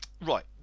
Right